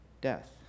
death